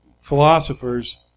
philosophers